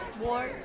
War